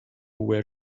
where